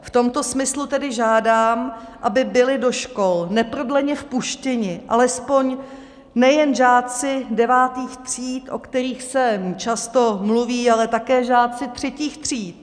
V tomto smyslu tedy žádám, aby byli do škol neprodleně vpuštěni alespoň nejen žáci devátých tříd, o kterých se často mluví, ale také žáci třetích tříd.